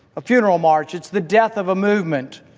a funeral march. it's the death of a movement,